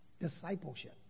discipleship